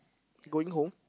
going home